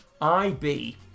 IB